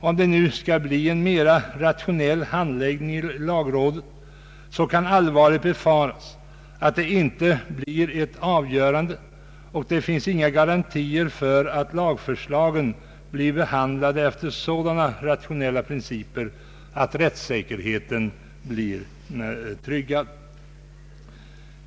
Om det nu skall bli en sådan rationell handläggning i lagrådet, kan allvarligt befaras att det i vissa fall inte blir någon granskning alls, och det finns då inga garantier för att lagförslagen blir behandlade efter sådana rationella principer att rättssäkerheten tryggas.